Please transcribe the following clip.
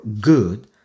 good